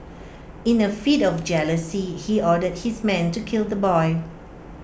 in A fit of jealousy he ordered his men to kill the boy